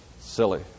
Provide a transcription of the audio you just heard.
silly